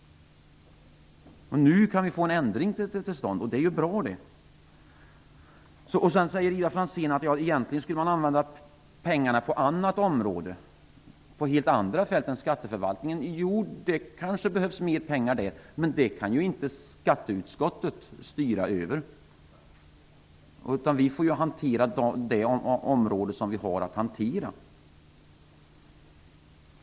Nu kan vi få en ändring till stånd, och det är bra. Ivar Franzén säger att man egentligen skulle använda pengarna på annat område, på helt andra fält än skatteförvaltningen. Jo, det kanske behövs mer pengar, men det kan inte skatteutskottet styra över, utan vi får hantera det område som vi har att hantera.